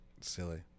silly